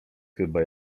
chyba